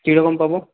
কী রকম পাব